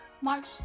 March